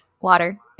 Water